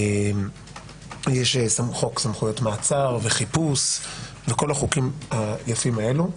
יש חוק סמכויות מעצר וחיפוש וכל החוקים היפים האלה,